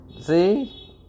See